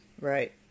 Right